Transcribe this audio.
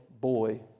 boy